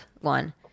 one